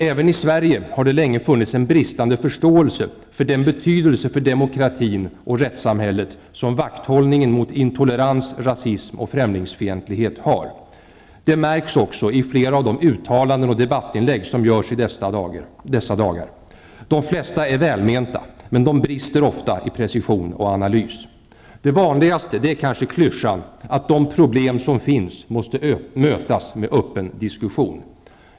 Även i Sverige har det länge funnits en bristande förståelse för den betydelse för demokratin och rättssamhället som vakthållningen mot intolerans, rasism och främlingsfientlighet har. Det märks också i flera av de uttalanden och debattinlägg som görs i dessa dagar. De flesta är välmenta, men de brister ofta i precision och analys. Det vanligaste är kanske klyschan att de problem som finns måste mötas med öppen diskussion.